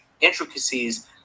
intricacies